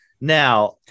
now